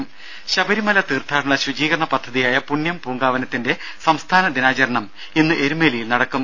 രും ശബരിമല തീർത്ഥാടന ശുചീകരണ പദ്ധതിയായ പുണ്യം പൂങ്കാവനത്തിന്റെ സംസ്ഥാന ദിനാചരണം ഇന്ന് എരുമേലിയിൽ നടക്കും